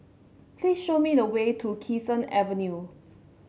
please show me the way to Kee Sun Avenue